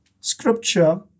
Scripture